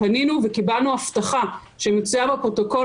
פנינו וקיבלנו הבטחה שמצויה בפרוטוקול,